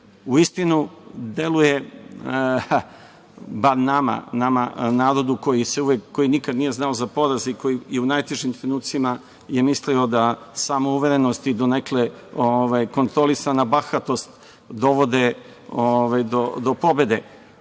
rešenje. Uistinu deluje, bar nama narodu koji nikada nije znao za poraz i koji je u najtežim trenucima je mislio da samouverenost i donekle kontrolisana bahatost dovode do pobede,